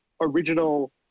original